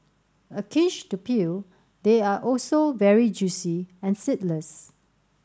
a cinch to peel they are also very juicy and seedless